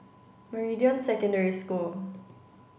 Meridian Secondary School